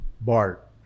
Bart